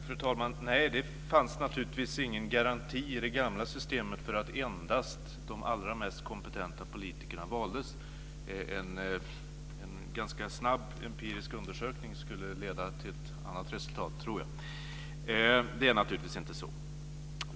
Fru talman! Det fanns naturligtvis ingen garanti i det gamla systemet för att endast de allra mest kompetenta politikerna valdes. En snabb empirisk undersökning skulle leda till ett annat resultat. Det är naturligtvis inte så.